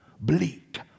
bleak